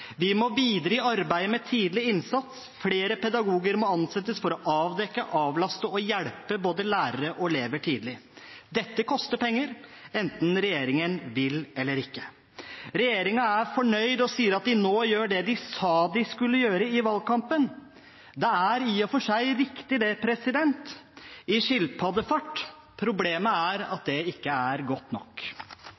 Vi må videre i arbeidet med tidlig innsats, flere pedagoger må ansettes for å avdekke, avlaste og hjelpe både lærere og elever tidlig. Dette koster penger, enten regjeringen vil eller ikke. Regjeringen er fornøyd og sier at de nå gjør det de sa de skulle gjøre i valgkampen. Det er i og for seg riktig det – i skilpaddefart. Problemet er at